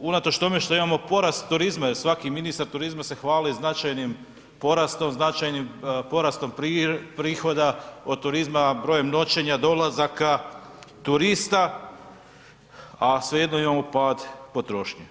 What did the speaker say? unatoč tome što imamo porast turizma jer svaki ministar turizma se hvali značajnim porastom, značajnim porastom prihoda od turizma, brojem noćenja, dolazaka turista, a svejedno imamo pad potrošnje.